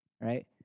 right